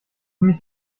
mich